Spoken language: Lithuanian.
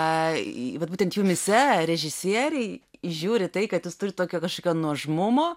a vat būtent jumyse režisieriai įžiūri tai kad jūs turit tokio kažkokio nuožmumo